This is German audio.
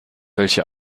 welche